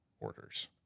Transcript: orders